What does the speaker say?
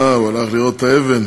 אה, הוא הלך לראות את האבן.